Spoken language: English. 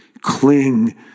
Cling